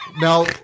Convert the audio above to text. Now